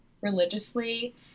religiously